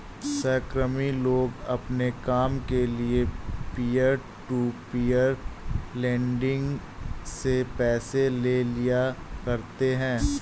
सहकर्मी लोग अपने काम के लिये पीयर टू पीयर लेंडिंग से पैसे ले लिया करते है